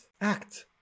act